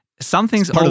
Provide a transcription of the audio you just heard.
something's